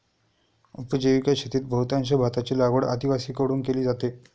उपजीविका शेतीत बहुतांश भाताची लागवड आदिवासींकडून केली जाते